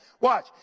Watch